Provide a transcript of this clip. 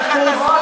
הם באים אלינו.